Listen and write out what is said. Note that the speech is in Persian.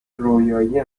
رویایی